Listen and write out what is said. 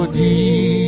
deep